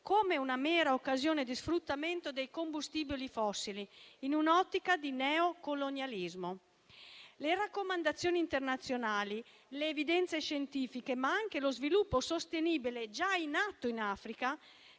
come una mera occasione di sfruttamento dei combustibili fossili, in un'ottica di neocolonialismo. Le raccomandazioni internazionali e le evidenze scientifiche, ma anche lo sviluppo sostenibile già in atto in Africa